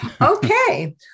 Okay